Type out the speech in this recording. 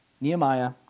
Nehemiah